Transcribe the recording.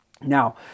Now